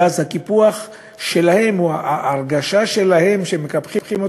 ואז הקיפוח שלהם, או ההרגשה שלהם שמקפחים אותם,